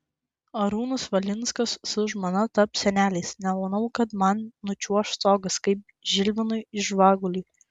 arūnas valinskas su žmona taps seneliais nemanau kad man nučiuoš stogas kaip žilvinui žvaguliui